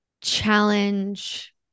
challenge